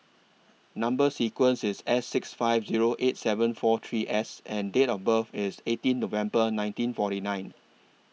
Number sequence IS S six five Zero eight seven four three S and Date of birth IS eighteen November nineteen forty nine